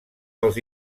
dels